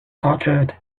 tortured